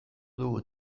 dugu